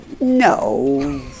No